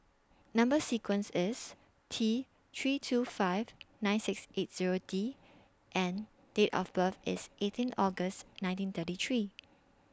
Number sequence IS T three two five nine six eight Zero D and Date of birth IS eighteen August nineteen thirty three